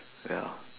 ya